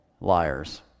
liars